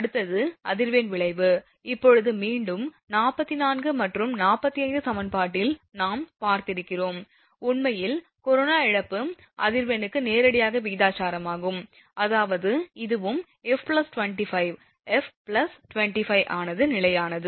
அடுத்தது அதிர்வெண் விளைவு இப்போது மீண்டும் 44 மற்றும் 45 சமன்பாட்டில் நாம் பார்த்திருக்கிறோம் உண்மையில் கரோனா இழப்பு அதிர்வெண்ணுக்கு நேரடியாக விகிதாசாரமாகும் அதாவது இதுவும் f 25 எஃப் பிளஸ் 25 ஆனது நிலையானது